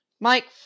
Mike